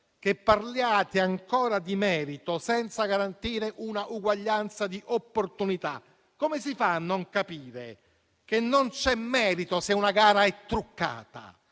che parliate ancora di merito, senza garantire una uguaglianza di opportunità. Come si fa a non capire che non c'è merito, se una gara è truccata,